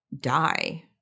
die